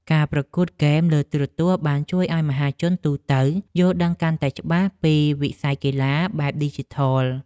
ការប្រកួតហ្គេមលើទូរទស្សន៍បានជួយឱ្យមហាជនទូទៅយល់ដឹងកាន់តែច្បាស់ពីវិស័យកីឡាបែបឌីជីថល។